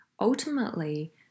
Ultimately